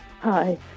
Hi